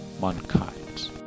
mankind